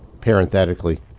parenthetically